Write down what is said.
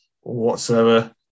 whatsoever